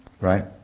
Right